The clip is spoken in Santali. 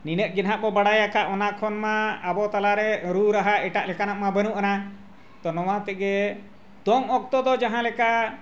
ᱱᱤᱱᱟᱹᱜ ᱜᱮ ᱱᱟᱜ ᱵᱚᱱ ᱵᱟᱲᱟᱭ ᱟᱠᱟᱫ ᱚᱱᱟ ᱠᱷᱚᱱ ᱢᱟ ᱟᱵᱚ ᱛᱟᱞᱟᱨᱮ ᱨᱩ ᱨᱟᱦᱟ ᱮᱴᱟᱜ ᱞᱮᱠᱟᱱᱟᱜ ᱢᱟ ᱵᱟᱹᱱᱩᱜ ᱟᱱᱟ ᱛᱚ ᱱᱚᱣᱟ ᱛᱮᱜᱮ ᱫᱚᱝ ᱚᱠᱛᱚ ᱫᱚ ᱡᱟᱦᱟᱸ ᱞᱮᱠᱟ